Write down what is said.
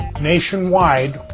nationwide